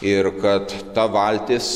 ir kad ta valtis